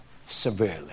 severely